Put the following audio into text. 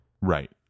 right